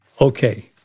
Okay